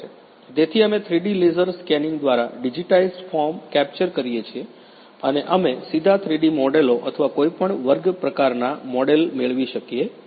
તેથી અમે 3 D laser scanning દ્વારા ડિજિટાઇઝ્ડ ફોર્મ કેપ્ચર કરીએ છીએ અને અમે સીધા 3ડી મોડેલો અથવા કોઈપણ વર્ગ પ્રકારના મોડેલ મેળવી શકીએ છીએ